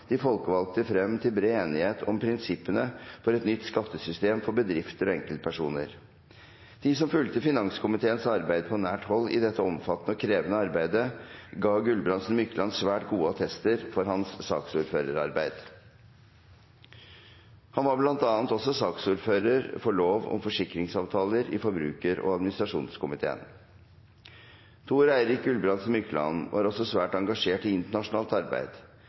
de folkevalgte frem til bred enighet om prinsippene for et nytt skattesystem for bedrifter og enkeltpersoner. De som fulgte finanskomiteens arbeid på nært hold i dette omfattende og krevende arbeidet, ga Gulbrandsen Mykland svært gode attester for hans saksordførerarbeid. Han var bl.a. også saksordfører for lov om forsikringsavtaler i forbruker- og administrasjonskomiteen. Thor-Eirik Gulbrandsen Mykland var også svært engasjert i internasjonalt arbeid.